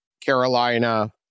Carolina-